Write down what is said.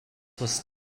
was